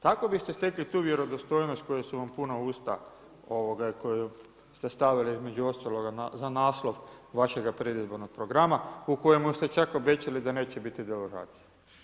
Tako biste stekli tu vjerodostojnost koja su vam puna usta koja sastavili između ostaloga za naslov vašeg predizbornog programa, u kojemu ste čak obećali da neće biti deložacije.